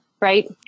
right